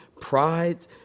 Pride